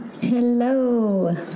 Hello